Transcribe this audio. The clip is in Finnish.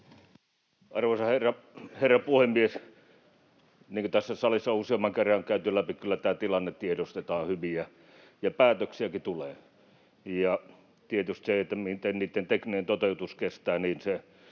Arvoisa herra puhemies! Niin kuin tässä salissa on useamman kerran käyty läpi, kyllä tämä tilanne tiedostetaan hyvin ja päätöksiäkin tulee. Ja tietysti niitten tekninen toteutus kestää, se